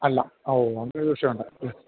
അല്ല ഓ അങ്ങനൊരു വിഷയമുണ്ട്